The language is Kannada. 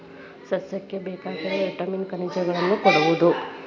ಸಸ್ಯಕ್ಕ ಬೇಕಾಗಿರು ವಿಟಾಮಿನ್ ಖನಿಜಗಳನ್ನ ಕೊಡುದು